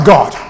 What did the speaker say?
God